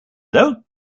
hello